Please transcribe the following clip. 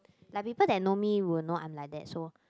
like people that know me will know that I'm like that so